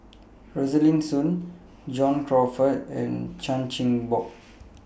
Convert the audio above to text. Rosaline Soon John Crawfurd and Chan Chin Bock